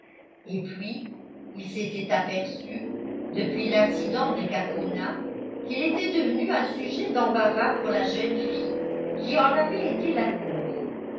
et puis il s'était aperçu depuis l'incident de cacouna qu'il était devenu un sujet d'embarras pour la jeune fille qui en avait été la cause